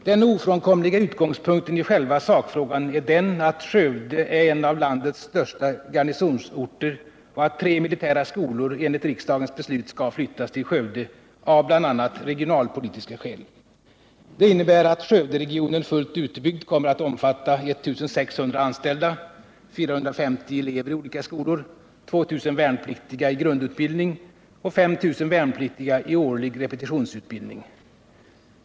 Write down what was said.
Den ofrånkomliga utgångspunkten i själva sakfrågan är den att Skövde är en av landets största garnisonsorter och att tre militära skolor enligt riksdagens beslut skall flyttas till Skövde av bl.a. regionalpolitiska skäl. Det innebär att Skövdegarnisonen fullt utbyggd kommer att omfatta 1600 anställda, 450 elever i olika skolor, 2000 värnpliktiga i grundutbildning och 5000 värnpliktiga i årlig repetitionsutbildning.